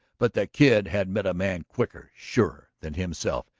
but the kid had met a man quicker, surer, than himself,